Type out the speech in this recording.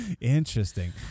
Interesting